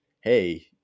hey